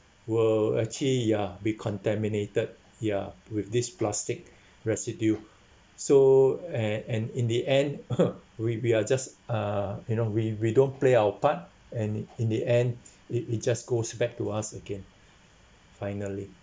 will actually ya be contaminated ya with this plastic residue so a and in the end we we are just uh you know we we don't play our part and in the end it it just goes back to us again finally